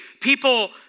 people